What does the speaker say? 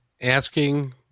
asking